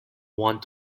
want